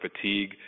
fatigue